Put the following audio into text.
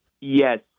Yes